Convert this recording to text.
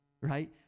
right